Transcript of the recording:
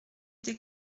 des